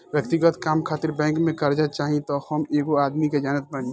व्यक्तिगत काम खातिर बैंक से कार्जा चाही त हम एगो आदमी के जानत बानी